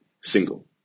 single